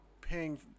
paying